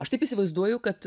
aš taip įsivaizduoju kad